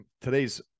today's